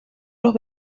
los